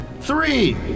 Three